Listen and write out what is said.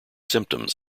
symptoms